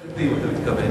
מתכוון.